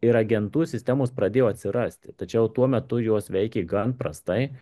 ir agentų sistemos pradėjo atsirasti tačiau tuo metu juos veikė gan prastai